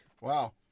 Wow